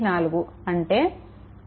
84 అంటే 145